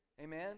amen